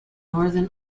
northern